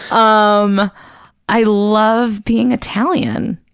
um i love being italian.